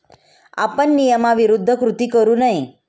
आपण नियमाविरुद्ध कृती करू नये